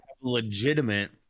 legitimate